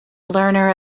learner